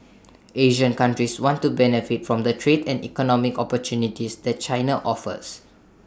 Asian countries want to benefit from the trade and economic opportunities that China offers